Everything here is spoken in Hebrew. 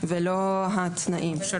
ולא התנאים.